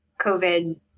COVID